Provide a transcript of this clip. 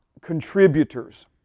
contributors